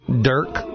Dirk